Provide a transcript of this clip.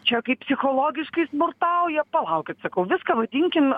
čia kaip psichologiškai smurtauja palaukit sakau viską vadinkim